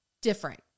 different